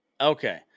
okay